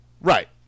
Right